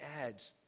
adds